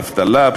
אבטלה,